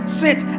sit